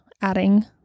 adding